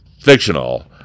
fictional